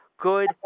good